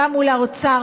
גם מול האוצר.